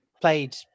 played